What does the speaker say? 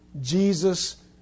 Jesus